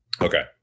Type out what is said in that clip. Okay